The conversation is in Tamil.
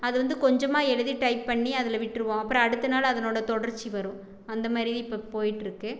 அது வந்து கொஞ்சமாக எழுதி டைப் பண்ணி அதில் விட்டிருவோம் அப்புறோம் அடுத்த நாள் அதனோடய தொடர்ச்சி வரும் அந்த மாதிரி இப்போ போய்ட்டிருக்கு